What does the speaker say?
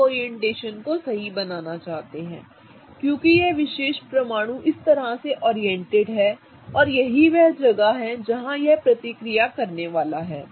आप ओरिएंटेशन को सही बनाना चाहते हैं क्योंकि यह विशेष परमाणु इस तरह से ओरिएंटेड है और यही वह जगह है जहां यह प्रतिक्रिया करने वाला है